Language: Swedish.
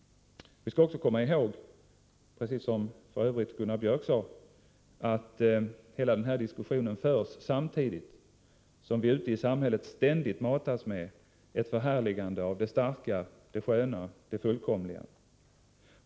Vi skall också komma ihåg — det sade f. ö. Gunnar Biörck i Värmdö — att hela den här diskussionen förs samtidigt som vi ute i samhället ständigt matas med ett förhärligande av det starka, det sköna, det fullkomliga.